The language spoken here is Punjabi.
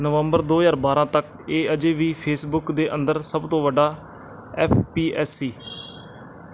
ਨਵੰਬਰ ਦੋ ਹਜ਼ਾਰ ਬਾਰ੍ਹਾਂ ਤੱਕ ਇਹ ਅਜੇ ਵੀ ਫੇਸਬੁੱਕ ਦੇ ਅੰਦਰ ਸਭ ਤੋਂ ਵੱਡਾ ਐਫ਼ ਪੀ ਐੱਸ ਸੀ